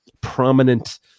prominent